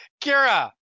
Kira